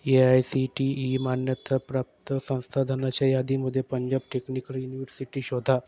A I C T E मान्यताप्राप्त संस्थाधनाच्या यादीमध्ये पंजाब टेक्निकल युनिवर्सिटी शोधा